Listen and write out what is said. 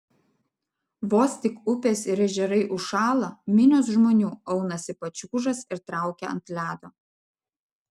vos tik upės ir ežerai užšąla minios žmonių aunasi pačiūžas ir traukia ant ledo